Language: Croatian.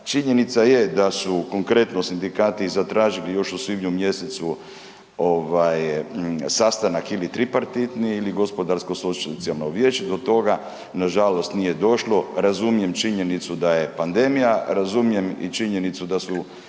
Činjenica je da su konkretno sindikati zatražili još u svibnju mjesecu ovaj sastanak ili tripartitni ili gospodarsko socijalno vijeće, do toga nažalost nije došlo, razumijem činjenicu da je pandemija, razumijem i činjenicu da su